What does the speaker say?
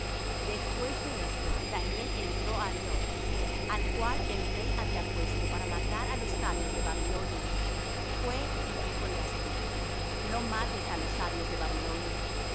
después de esto daniel entró á arioch al cual el rey había puesto para matar á los sabios de babilonia fué y díjole así no mates á los sabios de babilonia